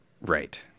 Right